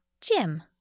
Jim